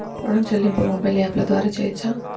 ఋణం చెల్లింపు మొబైల్ యాప్ల ద్వార చేయవచ్చా?